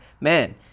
man